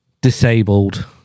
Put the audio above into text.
disabled